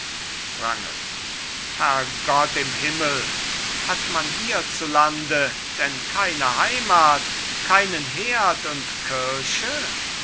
wrangel herr gott im himmel hat man hierzulande denn keine heimat keinen herd und kirche